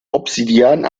obsidian